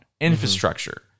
infrastructure